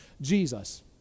Jesus